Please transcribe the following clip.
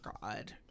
god